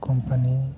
company